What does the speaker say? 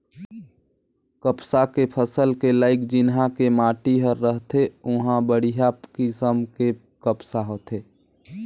कपसा के फसल के लाइक जिन्हा के माटी हर रथे उंहा बड़िहा किसम के कपसा होथे